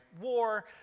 War